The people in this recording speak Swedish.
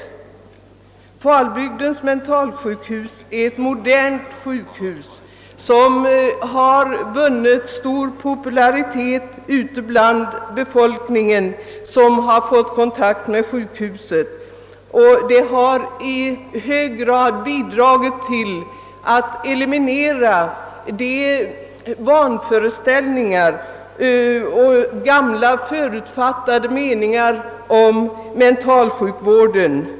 Falbygdens mentalsjukhus är ett modernt sjukhus som har vunnit stor popularitet bland de människor som kommit i kontakt med det, och det har i hög grad bidragit till att eliminera vanföreställningar och gamla förutfattade meningar om mentalsjukvården.